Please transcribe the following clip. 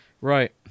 Right